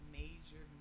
major